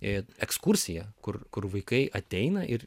į ekskursiją kur kur vaikai ateina ir